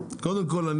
קודם כל,